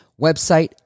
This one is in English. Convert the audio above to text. website